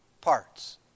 parts